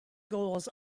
goals